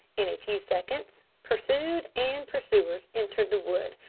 in a few seconds pursued and pursuers entered the wood,